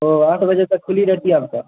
او آٹھ بجے تک کھلی رہتی ہے آپ کا